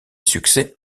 succès